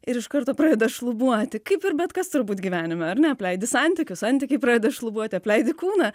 ir iš karto pradeda šlubuoti kaip ir bet kas turbūt gyvenime ar neapleidi santykius santykiai pradeda šlubuoti apleidi kūną